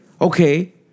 okay